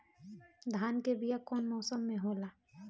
धान के बीया कौन मौसम में होला?